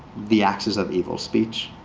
the axis of evil speech.